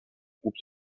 groupe